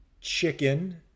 chicken